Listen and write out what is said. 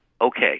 okay